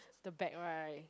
the back right